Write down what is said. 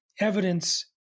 evidence